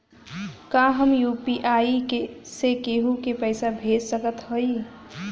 का हम यू.पी.आई से केहू के पैसा भेज सकत हई?